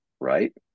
Right